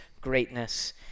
greatness